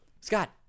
Scott